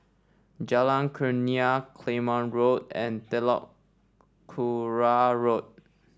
Jalan Kurnia Claymore Road and Telok Kurau Road